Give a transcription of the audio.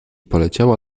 poleciała